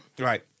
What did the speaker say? right